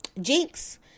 Jinx